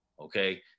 Okay